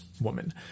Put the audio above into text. woman